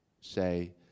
say